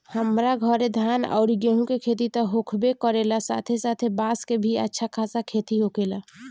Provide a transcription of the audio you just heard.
हमरा घरे धान अउरी गेंहू के खेती त होखबे करेला साथे साथे बांस के भी अच्छा खासा खेती होखेला